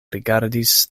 rigardis